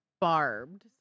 barbed